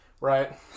Right